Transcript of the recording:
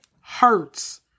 hurts